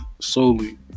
solely